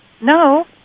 No